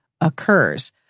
occurs